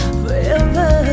forever